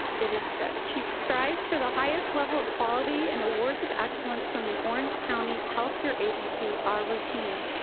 it is good. she strives for the highest level of quality and awards of excellence from the orange county healthcare agency are routine.